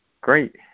great